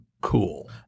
cool